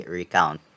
recount